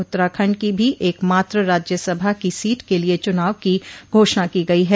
उत्तराखंड की भी एक मात्र राज्यसभा की सीट के लिए चुनाव की घोषणा की गई है